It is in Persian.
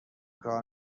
کار